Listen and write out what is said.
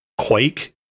Quake